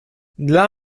dla